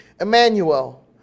Emmanuel